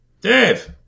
Dave